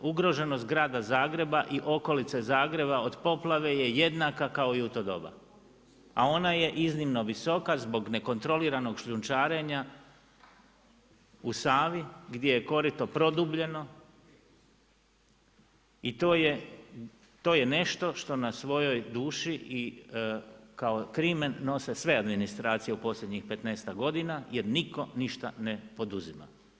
Ugroženost Grada Zagreba i okolice Zagreba od poplave je jednaka kao i u to doba, a ona je iznimno visoka zbog nekontroliranog šljunčarenja u Savi gdje je korito produbljeno i to je nešto što na svojoj duši kao krimen nose sve administracije u posljednjih 15-tak godina jer nitko ništa ne poduzima.